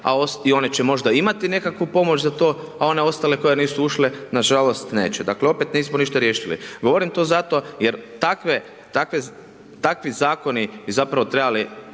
i one će možda imati nekakvu pomoć za to, a one ostale koje nisu ušle, nažalost neće. Dakle, opet nismo ništa riješili. Govorim to zato jer takvi zakoni bi zapravo trebali